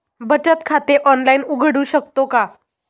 बचत खाते ऑनलाइन उघडू शकतो का?